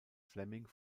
fleming